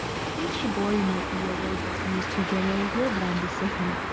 i think shibori might be a word that's used too generally here. but i'm just saying,